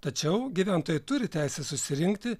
tačiau gyventojai turi teisę susirinkti